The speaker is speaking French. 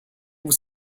vous